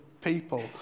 people